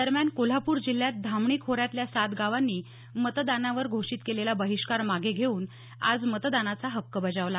दरम्यान कोल्हापूर जिल्ह्यात धामणी खोऱ्यातल्या सात गावांनी मतदानावर घोषित केलेला बहिष्कार मागे घेऊन आज मतदानाचा हक्क बजावला